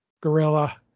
Gorilla